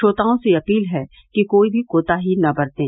श्रोताओं से अपील है कि कोई भी कोताही न बरतें